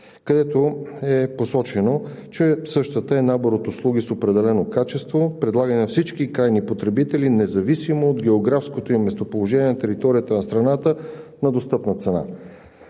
Там е посочено, че същата е набор от услуги с определено качество, предлагани на всички крайни потребители, независимо от географското им местоположение на територията на страната на достъпна цена.